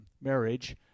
marriage